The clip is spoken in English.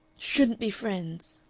shouldn't be friends.